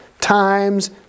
times